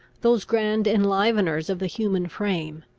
those grand enliveners of the human frame,